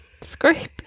Scrape